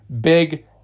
big